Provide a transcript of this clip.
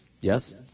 Yes